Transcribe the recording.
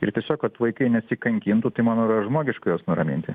ir tiesiog kad vaikai nesikankintų tai manau yra žmogiška juos nuraminti